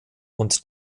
und